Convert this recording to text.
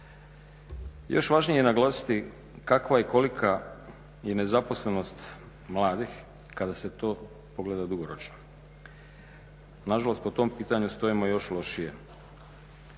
Još važnije je naglasiti kakva je i kolika je nezaposlenost mladih kada se to pogleda dugoročno. Na žalost po tom pitanju stojimo još lošije